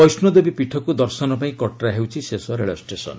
ବୈଷ୍ଣୋଦେବୀ ପୀଠକୁ ଦର୍ଶନ ପାଇଁ କଟ୍ରା ହେଉଛି ଶେଷ ରେଳ ଷ୍ଟେସନ୍